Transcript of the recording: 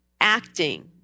acting